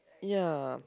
ya